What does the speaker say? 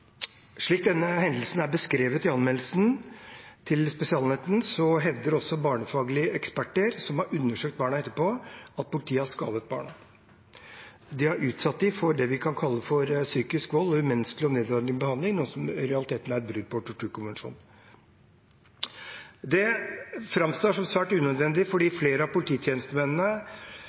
anmeldelsen til Spesialenheten, hevder barnefaglige eksperter som har undersøkt barna etterpå, at politiet har skadet barna. De har utsatt dem for det man kan kalle psykisk vold og umenneskelig og nedverdigende behandling, noe som i realiteten er brudd på torturkonvensjonen. Dette framstår som svært unødvendig, for flere av polititjenestemennene